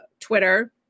Twitter